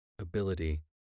ability